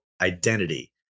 identity